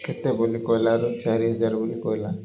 କେତେ ବୋଲି କହିଲାରୁ ଚାରି ହଜାର ବୋଲି କହିଲା